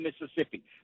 Mississippi